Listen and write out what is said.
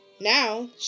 Now